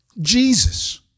Jesus